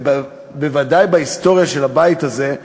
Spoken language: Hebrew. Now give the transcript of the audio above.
ובוודאי בהיסטוריה של הבית הזה,